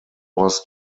was